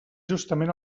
justament